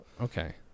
Okay